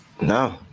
No